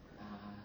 那